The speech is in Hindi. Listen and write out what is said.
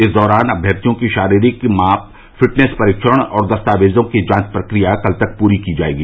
इस दौरान अभ्यर्थियों की शारीरिक माप फिटनेस परीक्षण और दस्तावेजों की जांच प्रक्रिया कल तक पूरी की जायेगी